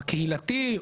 הקהילתי,